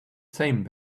same